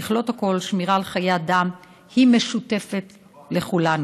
ככלות הכול, שמירה על חיי אדם היא משותפת לכולנו.